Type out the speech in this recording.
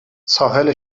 ساحل